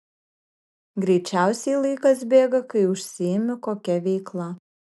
greičiausiai laikas bėga kai užsiimi kokia veikla